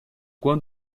coins